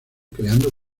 creando